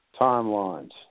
timelines